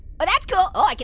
but that's cool, oh, like